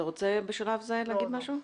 אתה רוצה בשלב זה להגיד משהו?